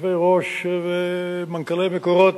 יושבי-ראש ומנכ"לי "מקורות"